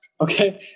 okay